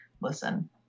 listen